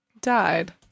died